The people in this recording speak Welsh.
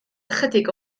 ychydig